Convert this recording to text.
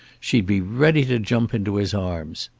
she'd be ready to jump into his arms.